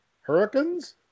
hurricanes